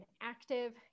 active